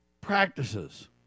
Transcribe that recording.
practices